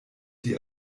die